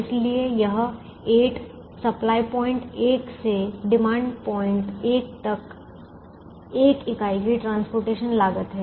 इसलिए यह 8 supply point एक से डिमांड पॉइंट एक तक एक इकाई की परिवहन लागत है